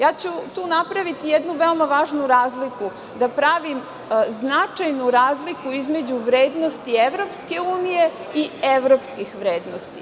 Ja ću vam tu napraviti jednu veoma važnu razliku, da pravim značajnu razliku između vrednosti EU i evropskih vrednosti.